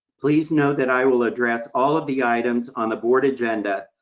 please note that i will address all of the items on the board agenda,